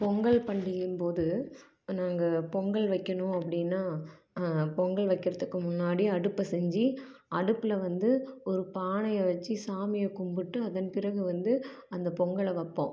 பொங்கல் பண்டிகையின் போது நாங்கள் பொங்கல் வைக்கணும் அப்படின்னா பொங்கல் வைக்கிறதுக்கு முன்னாடி அடுப்பை செஞ்சு அடுப்பில் வந்து ஒரு பானையை வச்சு சாமியை கும்பிட்டு அதன்பிறகு வந்து அந்த பொங்கல வைப்போம்